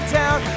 town